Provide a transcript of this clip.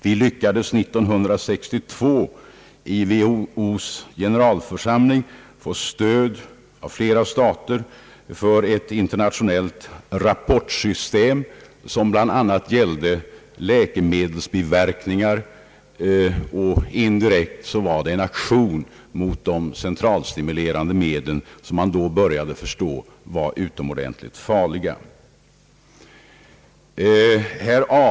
Vi lyckades 1962 i WHO:s generalförsamling få stöd av flera stater för ett internationellt rapportsystem som bl.a. gällde lä kemedelsbiverkningar. Indirekt var det en aktion mot de centralstimulerande medlen som man då började förstå var utomordentligt farliga.